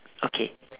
okay